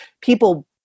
people